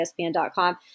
ESPN.com